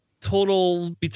total